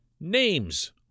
names